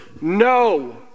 no